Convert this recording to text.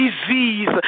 disease